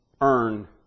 earn